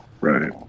Right